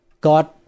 God